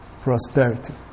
prosperity